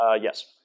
Yes